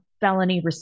felony